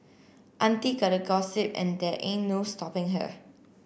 auntie gotta gossip and there ain't no stopping her